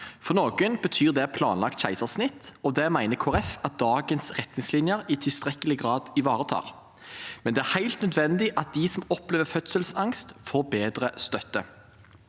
For noen betyr det planlagt keisersnitt. Det mener Kristelig Folkeparti at dagens retningslinjer i tilstrekkelig grad ivaretar, men det er helt nødvendig at de som opplever fødselsangst, får bedre støtte.